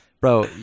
bro